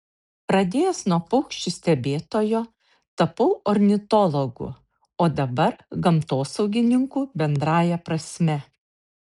pradėjęs nuo paukščių stebėtojo tapau ornitologu o dabar gamtosaugininku bendrąja prasme